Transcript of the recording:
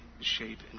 shape